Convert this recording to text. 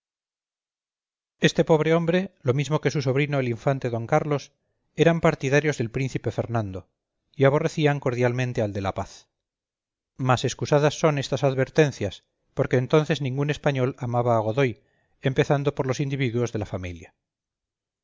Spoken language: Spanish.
este pobre hombre lo mismo que su sobrino el infante d carlos eran partidarios del príncipe fernando y aborrecían cordialmente al de la paz mas excusadas son estas advertencias porque entonces ningún español amaba a godoy empezando por los individuos de la familia